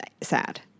sad